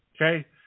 Okay